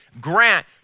grant